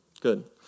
Good